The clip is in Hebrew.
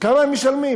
כמה הם משלמים?